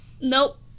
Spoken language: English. Nope